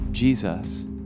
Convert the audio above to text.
Jesus